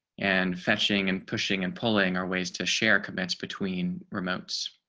and fetching and pushing and pulling our ways to share commits between remotes